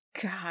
God